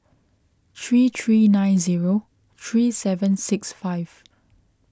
three three nine zero three seven six five